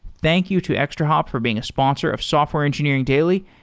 thank you to extrahop for being a sponsor of software engineering daily,